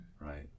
right